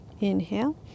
Inhale